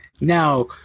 Now